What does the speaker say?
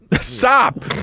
Stop